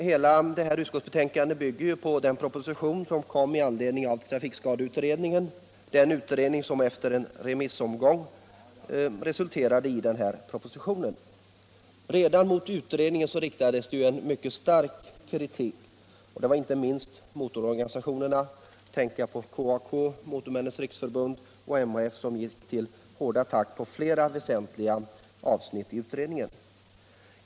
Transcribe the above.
Hela utskottsbetänkandet bygger ju på den proposition som lades fram med anledning av trafikskadeutredningens betänkande. — Redan mot utredningen riktades mycket stark kritik, inte minst från motororganisationerna. Jag tänker på KAK, Motormännens riksförbund och MHF, som gick till hård attack mot väsentliga avsnitt i utredningens betänkande.